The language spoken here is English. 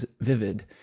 vivid